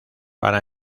para